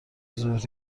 ظهر